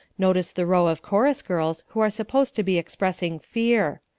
notice the row of chorus girls who are supposed to be expressing fear.